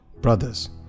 Brothers